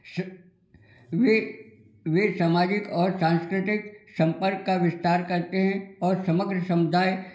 वे वे सामाजिक और सांस्कृतिक संपर्क का विस्तार करते हैं और समग्र समुदाय